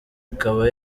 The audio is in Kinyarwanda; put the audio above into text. ikaba